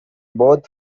both